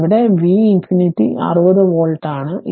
അതിനാൽ ഇവിടെ v ∞ 60 volt ആണ്